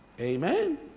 Amen